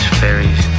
fairies